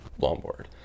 longboard